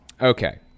Okay